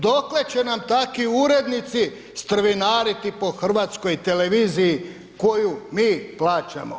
Dokle će nam takvi urednici strvinariti po HRT-u koju mi plaćamo?